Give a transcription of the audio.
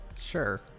sure